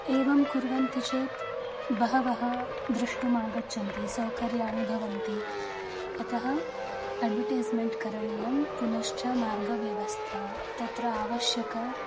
एवं कुर्वन्ति चेत् बहवः द्रष्टुम् आगच्छन्ति सौकर्याणि भवन्ति अतः अड्वटैस्मेण्ट् करणीयं पुनश्च मार्गव्यवस्था तत्र आवश्यकी